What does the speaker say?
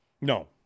No